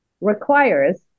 requires